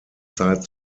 zeit